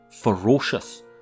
ferocious